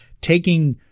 taking